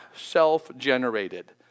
self-generated